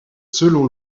selon